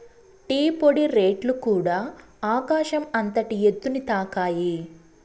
tea పొడి రేట్లుకూడ ఆకాశం అంతటి ఎత్తుని తాకాయి